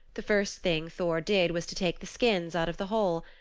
the first thing thor did was to take the skins out of the hole.